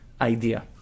idea